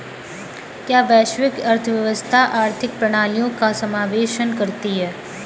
क्या वैश्विक अर्थव्यवस्था आर्थिक प्रणालियों का समावेशन है?